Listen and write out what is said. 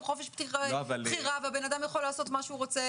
חופש בחירה ואדם יכול לעשות מה שהוא רוצה.